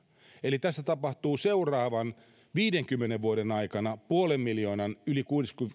eli tässä tapahtuu seuraavan viidenkymmenen vuoden aikana yli kuusikymmentäviisi vuotiaissa puolen miljoonan